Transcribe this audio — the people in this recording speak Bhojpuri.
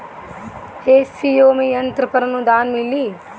एफ.पी.ओ में यंत्र पर आनुदान मिँली?